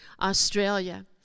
Australia